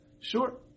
Sure